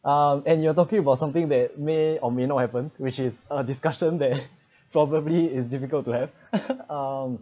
um and you are talking about something that may or may not happen which is a discussion that probably is difficult to have um